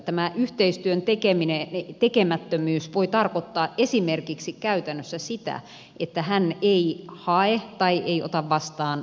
tämä yhteistyön tekemättömyys voi tarkoittaa esimerkiksi käytännössä sitä että hän ei hae tai ei ota vastaan matkustusasiakirjaa